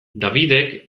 davidek